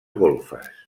golfes